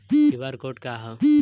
QR code का ह?